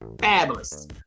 fabulous